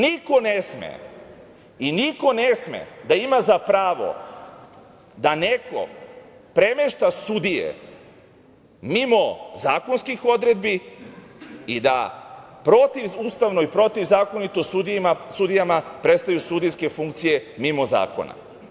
Niko ne sme i niko ne sme da ima za pravo da neko premešta sudije mimo zakonskih odredbi i da protivustavno i protivzakonito sudijama prestaju sudijske funkcije mimo zakona.